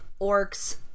orcs